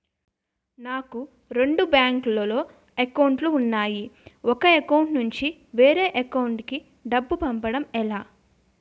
నాకు రెండు బ్యాంక్ లో లో అకౌంట్ లు ఉన్నాయి ఒక అకౌంట్ నుంచి వేరే అకౌంట్ కు డబ్బు పంపడం ఎలా?